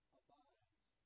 abides